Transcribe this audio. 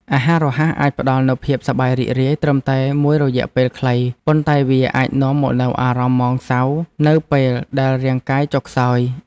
អាហាររហ័សអាចផ្តល់នូវភាពសប្បាយរីករាយត្រឹមតែមួយរយៈពេលខ្លីប៉ុន្តែវាអាចនាំមកនូវអារម្មណ៍ហ្មងសៅនៅពេលដែលរាងកាយចុះខ្សោយ។